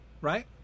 Right